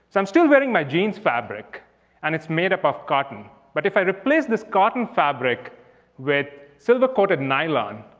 so i'm still wearing my jeans fabric and it's made up of cotton. but if i replace this cotton fabric with silver coated nylon.